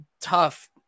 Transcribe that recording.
tough